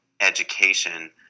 education